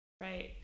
Right